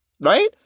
right